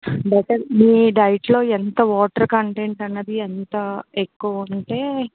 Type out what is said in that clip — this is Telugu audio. మీ డైట్లో ఎంత వాటర్ కంటెంట్ అన్నది ఎంత ఎక్కువ ఉంటే